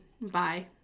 Bye